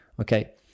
Okay